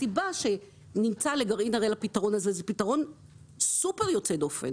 הסיבה שנמצא לגרעין הראל הפיתרון הזה זה פיתרון סופר יוצא דופן.